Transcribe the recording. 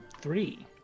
Three